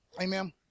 Amen